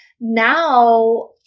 now